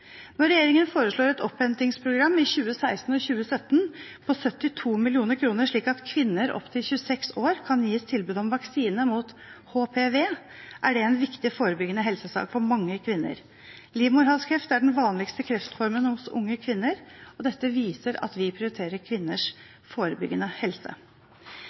Når regjeringen foreslår et opphentingsprogram i 2016 og 2017 på 72 mill. kr, slik at kvinner opptil 26 år kan gis tilbud om vaksine mot HPV, er det en viktig forebyggende helsesak for mange kvinner. Livmorhalskreft er den vanligste kreftformen hos unge kvinner, og dette viser at vi prioriterer kvinners forebyggende helse.